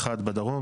אחד בדרום,